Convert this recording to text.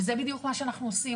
וזה בדיוק מה שאנחנו עושים,